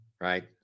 right